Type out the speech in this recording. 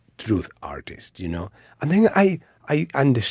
truth artists. you know i mean i i and